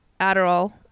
Adderall